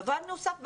דבר נוסף,